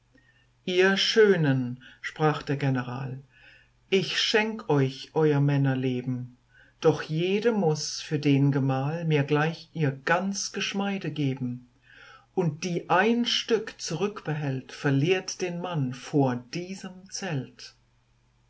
ihr schönen sprach der general ich schenk euch eurer männer leben doch jede muß für den gemahl mir gleich ihr ganz geschmeide geben und die ein stück zurückbehält verliert den mann vor diesem zelt